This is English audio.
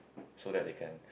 so they can